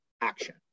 action